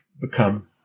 become